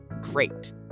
great